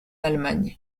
allemagne